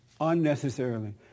unnecessarily